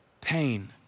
pain